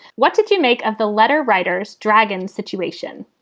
what did you make of the letter writers dragons situation?